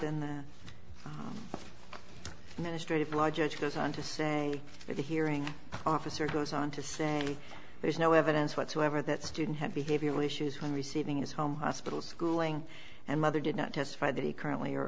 in the ministry of law judge goes on to say that the hearing officer goes on to say there's no evidence whatsoever that student had behavioral issues when receiving his home hospital schooling and mother did not testify that he currently or